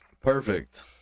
Perfect